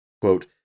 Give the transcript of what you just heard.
quote